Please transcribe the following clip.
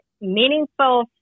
meaningful